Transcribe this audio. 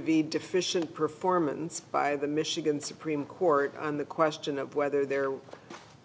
be deficient performance by the michigan supreme court on the question of whether there